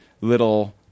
little